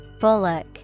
Bullock